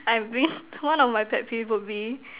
I mean one of my pet peeve would be